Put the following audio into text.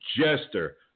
Jester